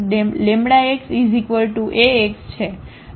અને હવે આપણે શું કરીએ